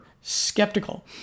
skeptical